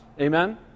Amen